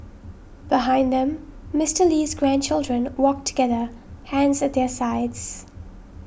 behind them Mister Lee's grandchildren walked together hands at their sides